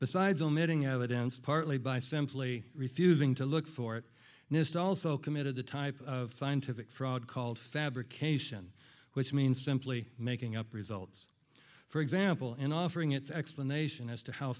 evidence partly by simply refusing to look for it nist also committed a type of scientific fraud called fabrication which means simply making up results for example and offering its explanation as to how